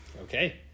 Okay